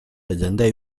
人类